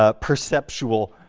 ah perceptual,